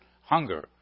hunger